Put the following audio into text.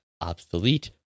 obsolete